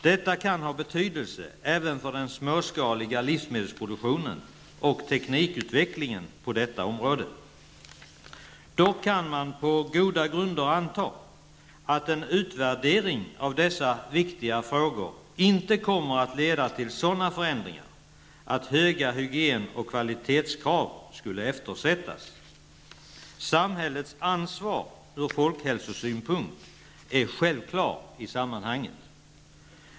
Detta kan ha betydelse även för den småskaliga livsmedelsproduktionen och teknikutvecklingen på detta område. Dock kan man på goda grunder anta att en utvärdering av dessa viktiga frågor inte kommer att leda till sådana förändringar att höga hygien och kvalitetskrav skulle eftersättas. Samhällets ansvar ur folkhälsosynpunkt är självklart i sammanhanget.